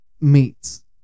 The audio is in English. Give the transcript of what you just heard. meats